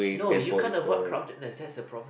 no you can't avoid crowdedness that's the problem